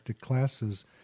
classes